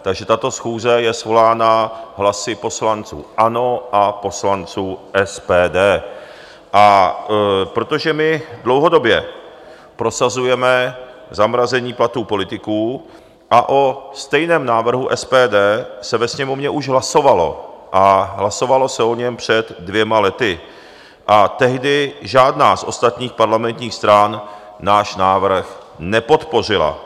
Takže tato schůze je svolána hlasy poslanců ANO a poslanců SPD, protože my dlouhodobě prosazujeme zamrazení platů politiků a o stejném návrhu SPD se ve Sněmovně už hlasovalo, hlasovalo se o něm před dvěma lety a tehdy žádná z ostatních parlamentních stran náš návrh nepodpořila.